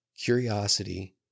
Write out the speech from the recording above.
Curiosity